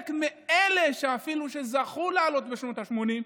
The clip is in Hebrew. אפילו חלק מאלה שזכו לעלות בשנות השמונים,